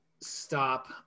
stop